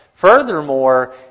Furthermore